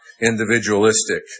individualistic